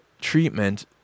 treatment